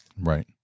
Right